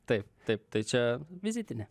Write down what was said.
taip taip tai čia vizitinė